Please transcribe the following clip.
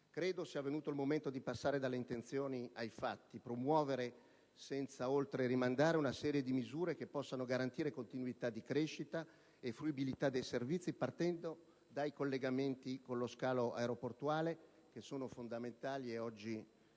Credo sia venuto il momento di passare dalle intenzioni ai fatti: promuovere, senza ulteriormente rimandare, una serie di misure che possano garantire continuità di crescita e fruibilità dei servizi, partendo dai collegamenti con lo scalo aeroportuale che sono fondamentali e oggi largamente